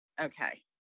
Okay